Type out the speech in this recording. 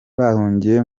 bahungiye